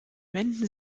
wenden